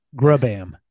grubam